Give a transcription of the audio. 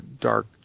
dark